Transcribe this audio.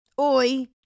Oi